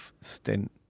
stint